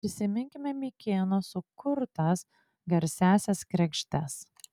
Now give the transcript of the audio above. prisiminkime mikėno sukurtas garsiąsias kregždes